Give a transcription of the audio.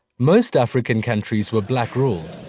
most african countries were black ruled.